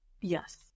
Yes